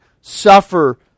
suffer